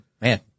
man